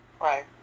Right